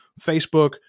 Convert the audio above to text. Facebook